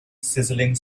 sizzling